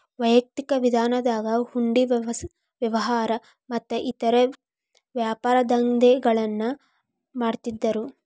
ವೈಯಕ್ತಿಕ ವಿಧಾನದಾಗ ಹುಂಡಿ ವ್ಯವಹಾರ ಮತ್ತ ಇತರೇ ವ್ಯಾಪಾರದಂಧೆಗಳನ್ನ ಮಾಡ್ತಿದ್ದರು